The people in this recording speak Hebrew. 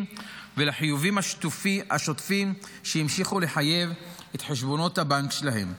ולחיובים השוטפים שהמשיכו לחייב את חשבונות הבנק שלהם.